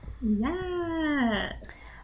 Yes